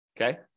Okay